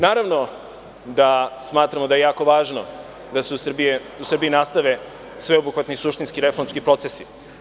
Naravno da smatramo da je jako važno da se u Srbiji nastave sveobuhvatni suštinski i reformski procesi.